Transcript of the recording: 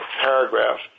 paragraph